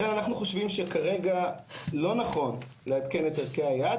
לכן אנחנו חושבים שכרגע לא נכון לעדכן את ערכי היעד